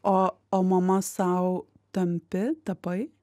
o o mama sau tampi tapai